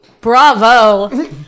Bravo